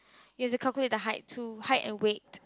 is it calculate the height too height and weight